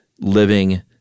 living